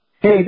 Hey